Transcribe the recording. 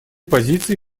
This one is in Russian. позиций